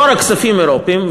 לא רק כספים אירופיים,